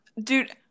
dude